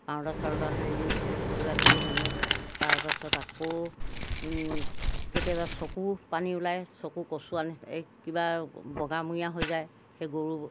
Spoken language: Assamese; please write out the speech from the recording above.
পাউদাৰ চাউদাৰ সানি দিওঁ কিবাকিবি সানো তাৰপাছত আকৌ কেতিয়াবা চকু পানী ওলায় চকু কচু আনি এই কিবা বগামূৰীয়া হৈ যায় সেই গৰু